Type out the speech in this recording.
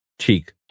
cheek